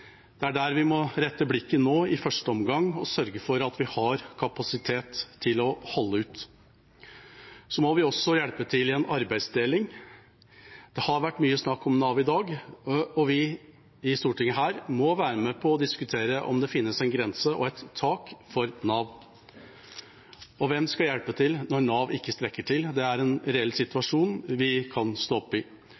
Det er der vi nå må rette blikket i første omgang og sørge for at vi har kapasitet til å holde ut. Så må vi også hjelpe til i en arbeidsdeling. Det har vært mye snakk om Nav i dag, og vi her i Stortinget må være med på å diskutere om det finnes en grense, og et tak, for Nav. Og hvem skal hjelpe til når Nav ikke strekker til? Det er en reell